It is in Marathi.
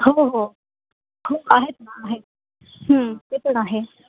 हो हो हो आहेत ना आहेत ते पण आहे